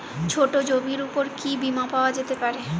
ছোট জমির উপর কি বীমা পাওয়া যেতে পারে?